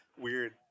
weird